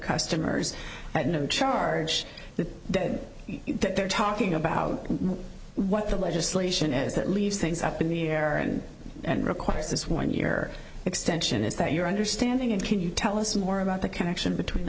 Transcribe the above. customers at no charge that did that they're talking about what the legislation is that leaves things up in the air and and requires this one year extension is that your understanding and can you tell us more about the connection between